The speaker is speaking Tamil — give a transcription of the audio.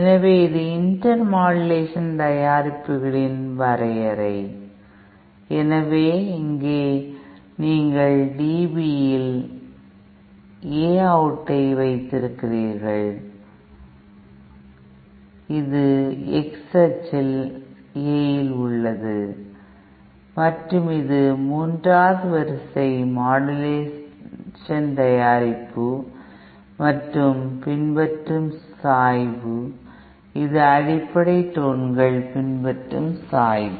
எனவே இது இன்டர் மாடுலேஷன் தயாரிப்புகளின் வரையறை எனவே இங்கே நீங்கள் dB யில் A அவுட்ஐ வைத்திருக்கிறீர்கள் இது X அச்சில் A இல் உள்ளது மற்றும் இது மூன்றாவது வரிசை மாடுலேஷன் தயாரிப்பு பின்பற்றும் சாய்வு மற்றும் இது அடிப்படை டோன்கள் பின்பற்றும் சாய்வு